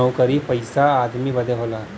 नउकरी पइसा आदमी बदे होला